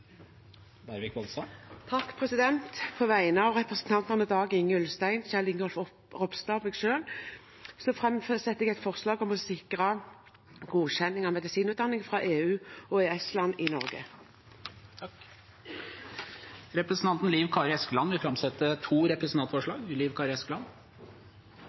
På vegne av representantene Dag-Inge Ulstein, Kjell Ingolf Ropstad og meg selv vil jeg framsette et forslag om å sikre godkjenning av medisinutdanning fra EU og EØS-land i Norge. Representanten Liv Kari Eskeland vil framsette to